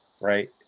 Right